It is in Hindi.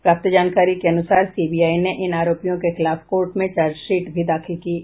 प्राप्त जानकारी के अनुसार सीबीआई ने इन आरोपियों के खिलाफ कोर्ट में चार्जशीट भी दाखिल की है